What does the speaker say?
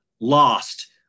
Lost